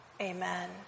Amen